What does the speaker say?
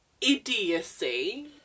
idiocy